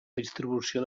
distribució